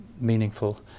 meaningful